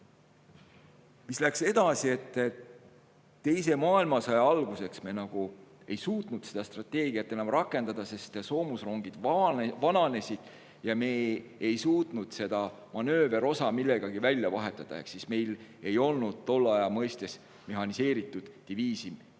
Mis edasi toimus? Teise maailmasõja alguses me ei suutnud seda strateegiat enam rakendada, sest soomusrongid vananesid ja me ei suutnud seda manööverosa millegi vastu välja vahetada. Ehk meil ei olnud tolle aja mõistes mehhaniseeritud diviise,